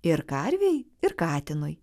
ir karvei ir katinui